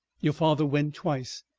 your father went twice.